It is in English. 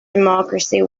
democracy